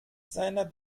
seiner